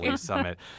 Summit